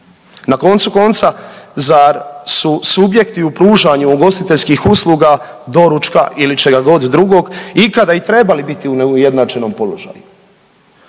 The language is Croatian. Na koncu konca, zar su subjekti u pružanju ugostiteljskih usluga doručka ili čega god drugog ikada i trebali biti u neujednačenom položaju?